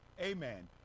amen